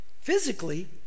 physically